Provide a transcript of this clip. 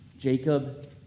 Jacob